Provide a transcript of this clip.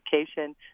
education